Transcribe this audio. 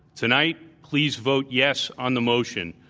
tonight, please vote, yes, on the motion,